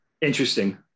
interesting